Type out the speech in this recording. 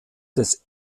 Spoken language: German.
des